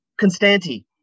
Constanti